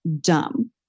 dumb